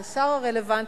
את השר הרלוונטי,